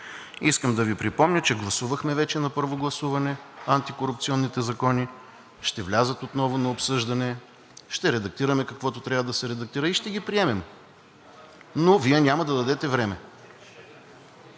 Искам да Ви припомня, че гласувахме вече на първо гласуване антикорупционните закони. Ще влязат отново на обсъждане, ще редактираме каквото трябва да се редактира и ще ги приемем, но Вие няма да дадете време.